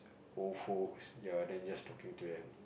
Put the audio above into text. old folks ya then just talking to them